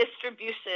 distribution